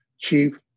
chief